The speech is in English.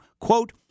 quote